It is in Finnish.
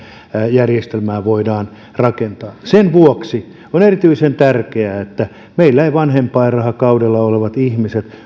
järjestelmää voidaan muuten rakentaa sen vuoksi on erityisen tärkeää että meillä eivät vanhempainrahakaudella olevat ihmiset